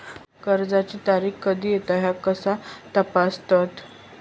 कर्जाची तारीख कधी येता ह्या कसा तपासतत?